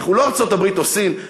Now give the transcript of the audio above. אנחנו לא ארצות-הברית או סין,